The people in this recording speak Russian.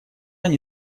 они